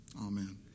Amen